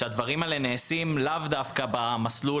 כשהדברים האלה נעשים לאו דווקא במסלול